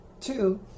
Two